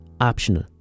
optional